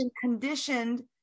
conditioned